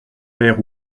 père